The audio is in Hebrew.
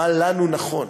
מה לנו נכון,